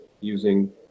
using